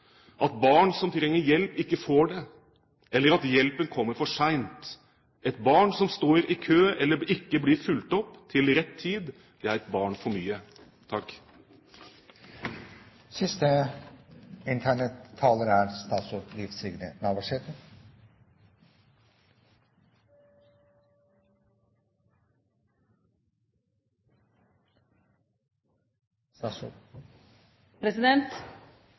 at barn som trenger hjelp, ikke får det, eller at hjelpen kommer for sent. Ett barn som står i kø eller ikke blir fulgt opp til rett tid, er ett barn for mye.